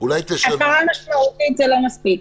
"הפרה משמעותית" זה לא מספיק.